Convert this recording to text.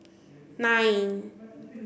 nine